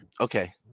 okay